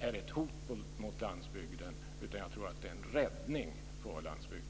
är ett hot mot landsbygden, utan jag tror att det är en räddning för landsbygden.